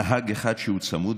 נהג אחד שהוא צמוד,